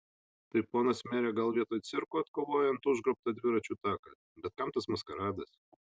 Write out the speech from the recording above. tai ponas mere gal vietoj cirko atkovojant užgrobtą dviračių taką bet kam tas maskaradas